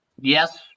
yes